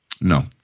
No